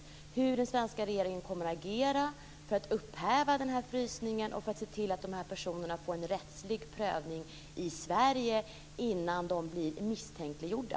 Jag undrar hur den svenska regeringen kommer att agera för att upphäva denna frysning och för att se till att dessa personer får en rättslig prövning i Sverige innan de blir misstänkliggjorda.